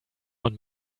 von